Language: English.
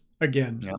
again